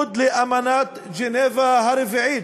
בניגוד לאמנת ז'נבה הרביעית,